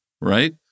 right